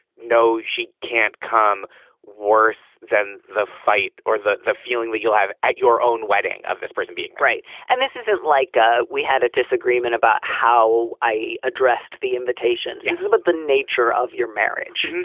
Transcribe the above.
no. she can't come worse than the fight or the the feeling that you'll have at your own wedding of this person being right and this isn't like ah we had a disagreement about how i addressed the invitations. this is about but the nature of your marriage.